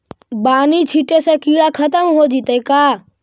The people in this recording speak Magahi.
बानि छिटे से किड़ा खत्म हो जितै का?